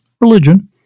religion